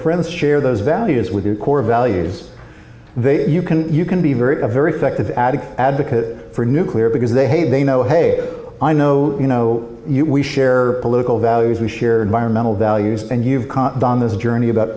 friends share those values with you core values they you can you can be very very sect of addicts advocate for nuclear because they hey they know hey i know you know we share political values we share environmental values and you've done this journey about